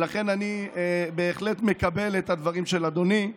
ולכן אני בהחלט מקבל את הדברים של אדוני.